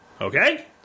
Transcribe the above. Okay